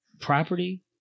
property